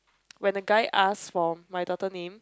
when the guy ask for my daughter name